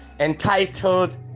entitled